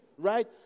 Right